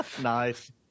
Nice